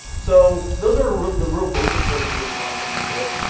so those are the real basic ways to get content into it,